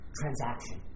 transaction